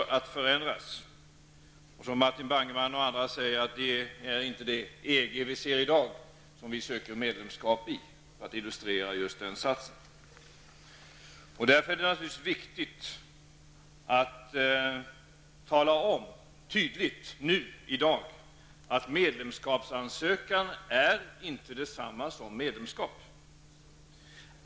För att illustrera den satsen vill jag som Martin Bangemann och andra säga att det inte är det EG vi ser i dag som vi söker medlemskap i. Därför är det viktigt att i dag tydligt tala om att medlemskapsansökan inte är detsamma som medlemskap.